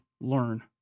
learn